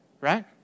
right